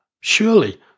surely